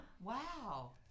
wow